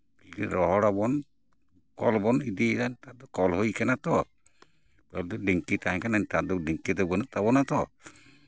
ᱛᱤᱠᱤ ᱨᱚᱦᱚᱲ ᱟᱵᱚᱱ ᱠᱚᱞ ᱵᱚᱱ ᱤᱫᱤᱭᱮᱫᱟ ᱱᱮᱛᱟᱨ ᱫᱚ ᱠᱚᱞ ᱦᱩᱭ ᱠᱟᱱᱟ ᱛᱚ ᱰᱷᱮᱝᱠᱤ ᱛᱟᱦᱮᱸ ᱠᱟᱱᱟ ᱱᱮᱛᱟᱨ ᱫᱚ ᱰᱷᱮᱝᱠᱤ ᱫᱚ ᱵᱟᱹᱱᱩᱜ ᱛᱟᱵᱚᱱᱟ ᱛᱚ